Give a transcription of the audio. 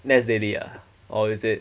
nas daily ah or is it